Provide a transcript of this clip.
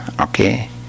okay